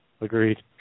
Agreed